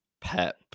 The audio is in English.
Pep